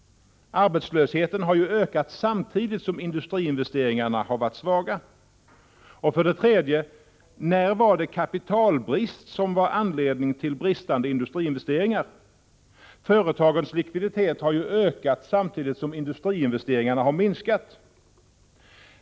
Arbetslösheten har ju ökat samtidigt som industriinvesteringarna har varit svaga. För det tredje: När var kapitalbrist anledningen till brist på industriinvesteringar? Företagens likviditet har ju ökat samtidigt som industriinvesteringarna har minskat.